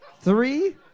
Three